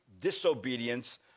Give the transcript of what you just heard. disobedience